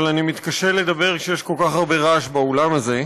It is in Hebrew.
אבל אני מתקשה לדבר כשיש כל כך הרבה רעש באולם הזה.